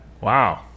Wow